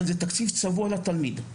אבל זה תקציב צבוע לתלמיד.